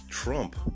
Trump